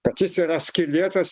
kad jis yra skylėtas